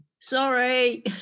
Sorry